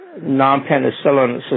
non-penicillin